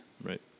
Right